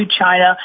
China